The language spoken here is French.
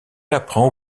apprend